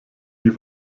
die